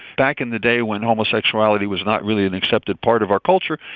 back in the day when homosexuality was not really an accepted part of our culture,